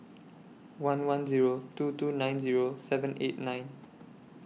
one one Zero two two nine Zero seven eight nine